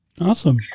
Awesome